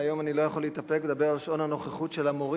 והיום אני לא יכול להתאפק ולא לדבר על שעון הנוכחות של המורים.